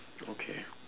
okay